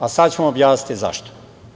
A sad ću vam objasniti zašto.